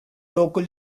local